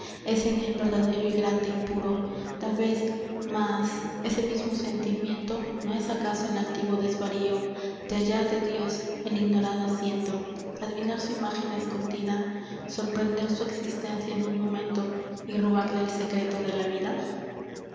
es en él verdadero y grande y puro tal vez mas ese mismo sentimiento no es acaso el altivo desvarío de hallar de dios el ignorado asiento adivinar su imágen escondida sorprender su existencia en un momento y robarle el secreto de la vida